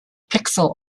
pixel